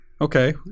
Okay